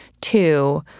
Two